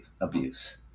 abuse